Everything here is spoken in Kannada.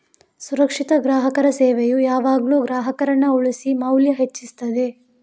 ಸುರಕ್ಷಿತ ಗ್ರಾಹಕರ ಸೇವೆಯು ಯಾವಾಗ್ಲೂ ಗ್ರಾಹಕರನ್ನ ಉಳಿಸಿ ಮೌಲ್ಯ ಹೆಚ್ಚಿಸ್ತದೆ